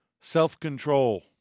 Self-control